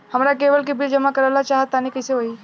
हमरा केबल के बिल जमा करावल चहा तनि कइसे होई?